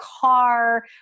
car